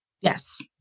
Yes